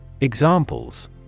Examples